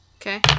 Okay